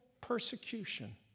persecution